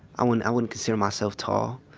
i wouldn't i wouldn't consider myself tall,